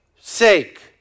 sake